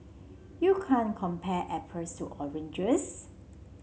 you can't compare apples to oranges